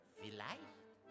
vielleicht